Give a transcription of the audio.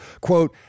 Quote